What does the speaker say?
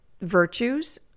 virtues